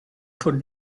could